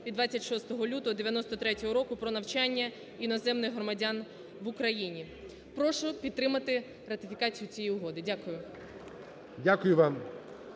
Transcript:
26 лютого 1993 року "Про навчання іноземних громадян в Україні". Прошу підтримати ратифікацію цієї угоди. Дякую.